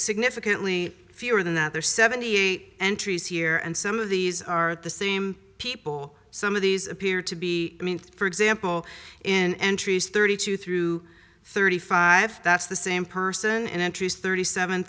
significantly fewer than the other seventy eight entries here and some of these are the same people some of these appear to be i mean for example in entries thirty two through thirty five that's the same person entries thirty seven